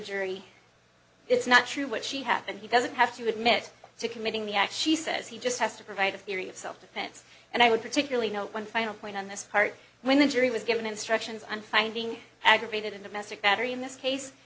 jury it's not true what she happened he doesn't have to admit to committing the act she says he just has to provide a theory of self defense and i would particularly note one final point on this part when the jury was given instructions on finding aggravated in the message battery in this case